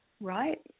right